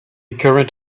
current